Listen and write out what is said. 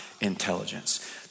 intelligence